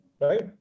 right